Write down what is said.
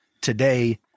today